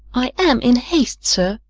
i am in haste, sir.